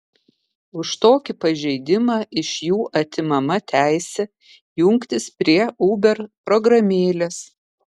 už tokį pažeidimą iš jų atimama teisė jungtis prie uber programėlės